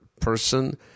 person